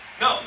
No